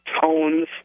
tones